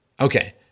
Okay